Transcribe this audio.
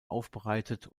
aufbereitet